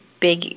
big